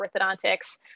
orthodontics